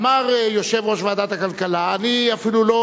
אמר יושב-ראש ועדת הכלכלה: אני אפילו לא